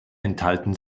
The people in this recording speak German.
enthalten